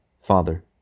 Father